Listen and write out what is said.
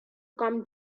come